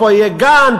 פה יהיה גן,